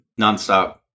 Nonstop